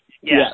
Yes